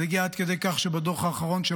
זה הגיע עד כדי כך שבדוח האחרון של